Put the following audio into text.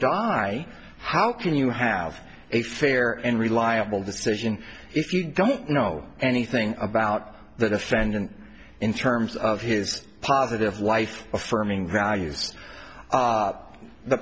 die how can you have a fair and reliable decision if you don't know anything about the defendant in terms of his positive life affirming values up the